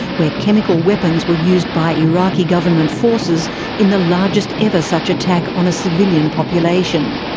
where chemical weapons were used by iraqi government forces in the largest ever such attack on a civilian population.